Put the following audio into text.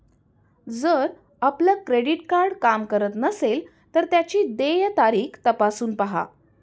जर आपलं credit card काम करत नसेल तर त्याची देय तारीख तपासून पाहा